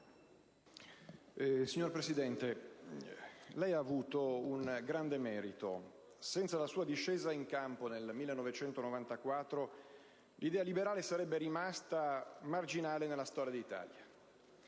Signor Presidente del Consiglio, lei ha avuto un grande merito: senza la sua discesa in campo nel 1994 l'idea liberale sarebbe rimasta marginale nella storia d'Italia.